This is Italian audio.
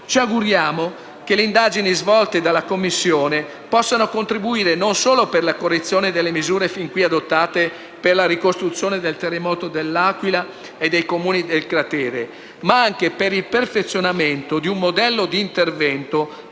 Ci auguriamo che le indagini svolte dalla Commissione possano contribuire non solo alla correzione delle misure fin qui adottate per la ricostruzione del territorio dell'Aquila e dei Comuni del cratere, ma anche al perfezionamento di un modello di intervento